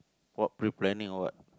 what pre-planning or what